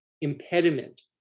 impediment